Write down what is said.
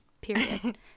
period